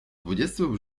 dwudziestu